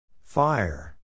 Fire